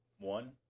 one